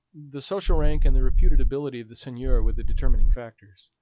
the social rank and the reputed ability of the seigneur were the determining factors.